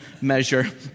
measure